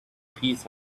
peace